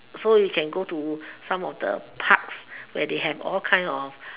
so you can go to some of the parks where they have all kind of